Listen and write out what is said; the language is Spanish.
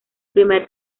primer